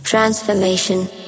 transformation